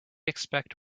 expect